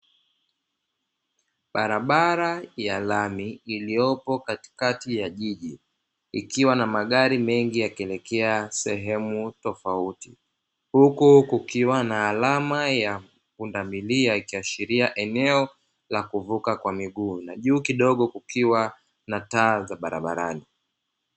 Barabara ya lami iliyopo katikati ya jiji, ikiwa na magari mengi yakielekea sehemu tofauti, huku kukiwa na alama ya pundamilia ikiashiria eneo la kuvuka kwa miguu, na juu kidogo kukiwa na taa za barabarani.